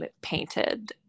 painted